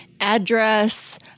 address